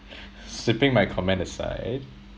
sweeping my comment aside